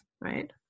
right